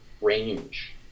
range